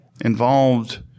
involved